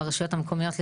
לרשויות המקומיות,